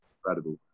incredible